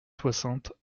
soixante